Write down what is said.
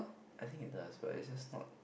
I think it does but it's just not